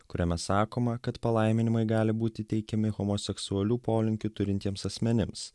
kuriame sakoma kad palaiminimai gali būti teikiami homoseksualių polinkių turintiems asmenims